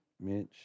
Mitch